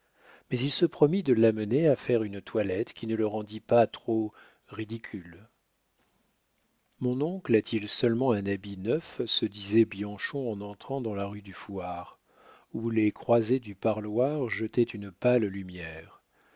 mais il se promit de l'amener à faire une toilette qui ne le rendît pas trop ridicule mon oncle a-t-il seulement un habit neuf se disait bianchon en entrant dans la rue du fouarre où les croisées du parloir jetaient une pâle lumière